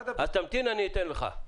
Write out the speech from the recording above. תמתין, אני אתן לך.